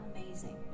amazing